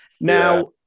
Now